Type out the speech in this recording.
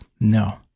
no